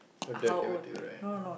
your Dad gave it to you right